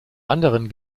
anderen